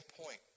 point